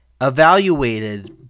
evaluated